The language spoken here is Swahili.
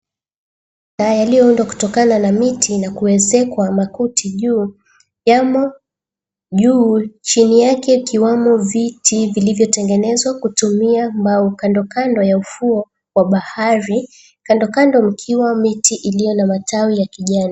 ...yaliyoundwa kutokana na miti na kuezekwa makuti juu, yamo juu chini yake ikiwamo viti vilivyo tengenezwa kutumia mbao, kandokando ya ufuo wa bahari, kandokando mkiwa mti iliyo na matawi ya kijani.